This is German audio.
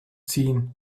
ziehen